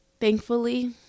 thankfully